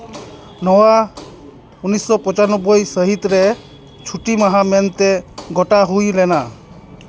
ᱱᱚᱣᱟ ᱩᱱᱤᱥᱥᱚ ᱯᱚᱪᱟᱱᱚᱵᱵᱚᱭ ᱥᱟᱹᱦᱤᱛ ᱨᱮ ᱪᱷᱩᱴᱤ ᱢᱟᱦᱟ ᱢᱮᱱᱛᱮ ᱜᱳᱴᱟ ᱦᱩᱭ ᱞᱮᱱᱟ